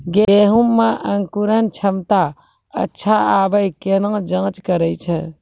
गेहूँ मे अंकुरन क्षमता अच्छा आबे केना जाँच करैय छै?